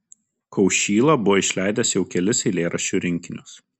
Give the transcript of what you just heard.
kaušyla buvo išleidęs jau kelis eilėraščių rinkinius